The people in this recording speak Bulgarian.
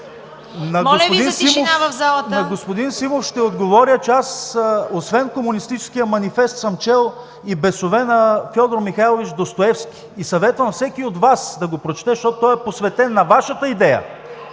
Моля Ви за тишина в залата!